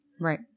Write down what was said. Right